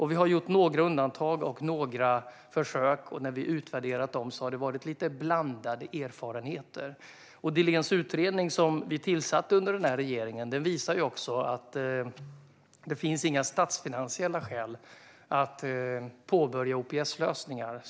Vi har gjort några undantag och några försök, och när vi har utvärderat dem har det varit lite blandade erfarenheter. Dilléns utredning, som vi tillsatte under denna regering, visar också att det inte finns några statsfinansiella skäl att påbörja OPS-lösningar.